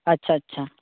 ᱟᱪᱪᱷᱟᱼᱟᱪᱪᱷᱟ